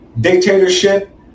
dictatorship